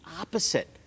opposite